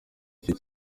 icyo